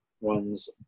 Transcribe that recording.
one's